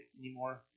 anymore